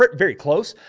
but very close.